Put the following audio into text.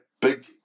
big